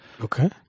okay